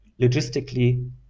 logistically